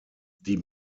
die